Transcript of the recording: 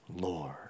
Lord